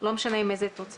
לא משנה עם איזה תוצאה.